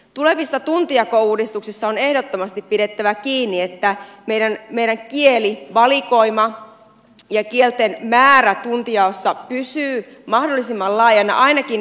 tulevissa tuntijakouudistuksissa on ehdottomasti pidettävä kiinni siitä että meidän kielivalikoimamme ja kielten määrä tuntijaossa pysyy mahdollisimman laajana ainakin nykytasolla